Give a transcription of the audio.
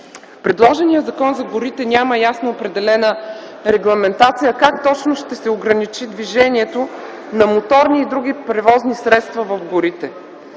Предлаганият Закон за горите няма ясно определена регламентация как точно ще се ограничи движението на моторни и други превозни средства в горите,